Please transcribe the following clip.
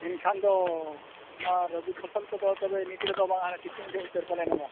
ᱮᱱᱠᱷᱟᱱ ᱫᱚ ᱱᱚᱣᱟ ᱨᱚᱵᱤ ᱯᱷᱚᱥᱚᱞ ᱠᱚᱫᱚ ᱛᱚᱵᱮ ᱱᱤᱛ ᱨᱮᱫᱚ ᱵᱟᱝ ᱦᱟᱱᱮ ᱥᱤᱛᱩᱝ ᱡᱚᱦᱚᱜ ᱩᱛᱟᱹᱨ ᱯᱟᱞᱮᱱ ᱱᱚᱣᱟ ᱢᱟ